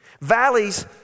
Valleys